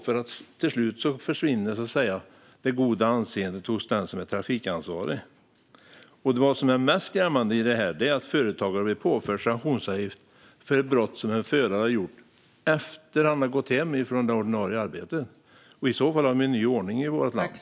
Till slut försvinner det goda anseendet hos den som är trafikansvarig. Det mest skrämmande i detta är att företagare blir påförda sanktionsavgifter för ett brott som en förare begått efter det att han gått hem från det ordinarie arbetet. I så fall har vi en ny ordning i vårt land.